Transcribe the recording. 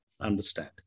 Understand